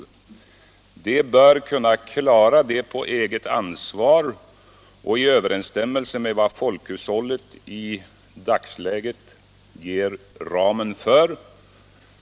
De bör kunna klara det på eget ansvar och i överensstämmelse med vad folkhushållet i dagsläget ger ramen för.